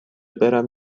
برم